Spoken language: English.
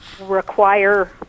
require